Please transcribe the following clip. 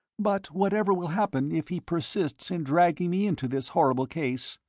but whatever will happen if he persists in dragging me into this horrible case?